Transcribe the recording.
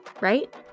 Right